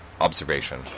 observation